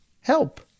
help